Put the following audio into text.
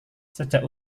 sejak